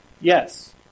Yes